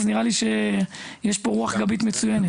נראה לי שיש פה רוח גבית מצוינת.